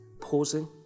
pausing